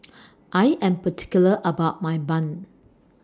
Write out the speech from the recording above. I Am particular about My Bun